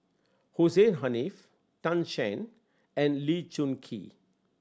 Hussein Haniff Tan Shen and Lee Choon Kee